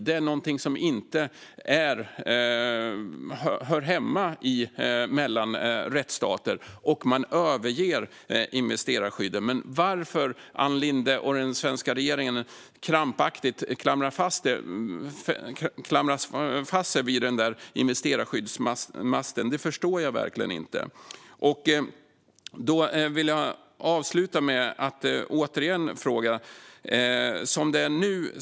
Det är någonting som inte hör hemma mellan rättsstater. Man överger investerarskydden. Men varför Ann Linde och den svenska regeringen krampaktigt klamrar sig fast vid denna investerarskyddsmast förstår jag verkligen inte. Jag vill avsluta med att återigen ställa min fråga.